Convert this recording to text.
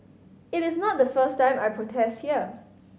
it is not the first time I protest here